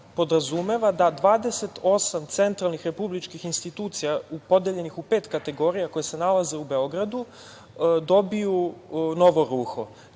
podrazumeva da 28 centralni republičkih institucija, podeljenih u pet kategorija koje se nalaze u Beogradu dobiju novo ruho.